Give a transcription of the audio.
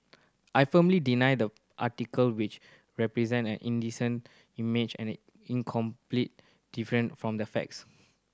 I firmly deny the article which represent an indecent image and incomplete different from the facts